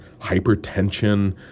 hypertension